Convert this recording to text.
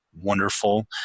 wonderful